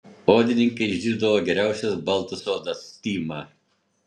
odininkai išdirbdavo geriausias baltas odas tymą